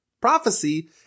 prophecy